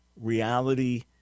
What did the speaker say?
reality